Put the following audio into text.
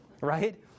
right